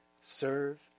serve